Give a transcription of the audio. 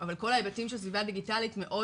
אבל כל ההיבטים של סביבה דיגיטלית מאוד